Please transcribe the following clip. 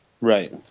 Right